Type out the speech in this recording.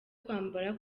kwambara